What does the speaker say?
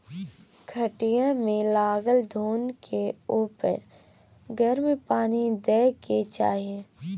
खटिया मे लागल घून के उपर गरम पानि दय के चाही